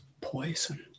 poison